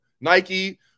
Nike